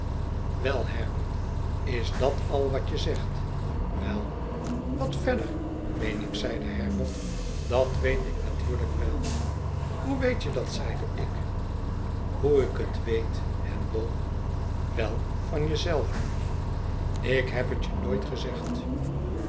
wei herbert is dat al wat je zegt wei wat verder meen ik zeide herbert dat weet ik natuurlijk wel hoe weet je dat zeide ik hoe ik het weet handel wei van je zelven ik heb het je nooit gezegd